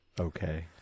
okay